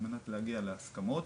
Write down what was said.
על מנת להגיע להסכמות,